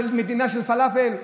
של מדינה של פלאפל?